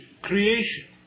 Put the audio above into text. creation